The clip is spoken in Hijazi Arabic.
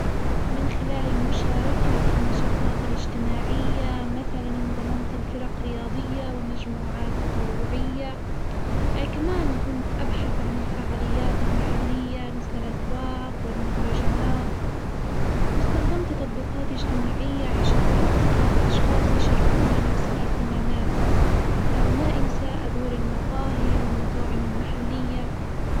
من خلال المشاركة في النشاطات الاجتماعية، مثلًا انضممت لفرق رياضية ومجموعات تطوعية، كمان كنت أبحث عن الفعاليات المحلية مثل الأسواق والمهرجانات واستخدمت تطبيقات اجتماعية عشان ألتجي بأشخاص يشاركوني نفس الاهتمامات، وما إنسى أزور المقاهي والمطاعم المحلية.